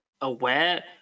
aware